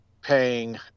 paying